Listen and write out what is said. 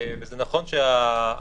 זה נכון שההצעה,